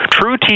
True